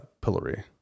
pillory